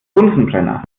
bunsenbrenner